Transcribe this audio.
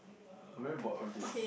uh very bored of this